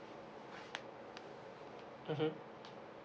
mmhmm